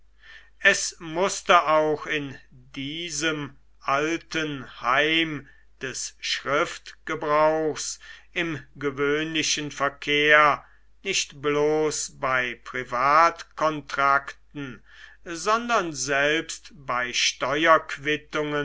es mußte auch in diesem alten heim des schriftgebrauchs im gewöhnlichen verkehr nicht bloß bei privatkontrakten sondern selbst bei